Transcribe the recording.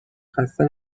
خسته